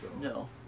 No